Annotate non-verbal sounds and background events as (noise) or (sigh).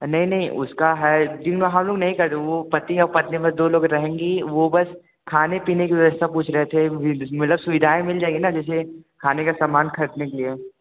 नहीं नहीं उसका है दिन में हम लोग (unintelligible) वो पति और पति दो लोग रहेंगे वो लोग बस खाने पीने की व्यवस्था पूछ रहे थे मतलब सुविधाएं मिल जाएगी ना जैसे खाने का सामान ख़रीदने के लिए